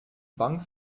bank